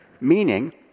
meaning